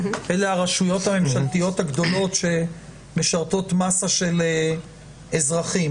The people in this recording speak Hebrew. אלה הרשויות הממשלתיות הגדולות שמשרתות מסה של אזרחים.